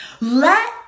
Let